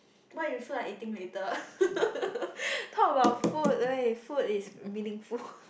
what you feel like eating later talk about food leh food is meaningful